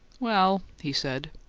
well he said,